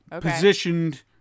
positioned